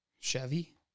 Chevy